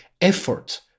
effort